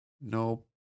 Nope